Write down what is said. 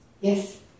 Yes